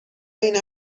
این